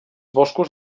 boscos